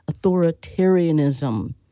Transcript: authoritarianism